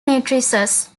matrices